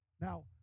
Now